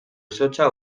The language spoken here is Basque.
izotza